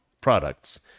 products